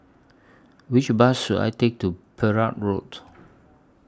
Which Bus should I Take to Perak Road